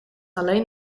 alleen